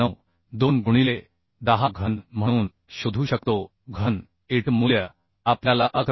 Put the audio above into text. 92 गुणिले 10 घन म्हणून शोधू शकतो घन It मूल्य आपल्याला 11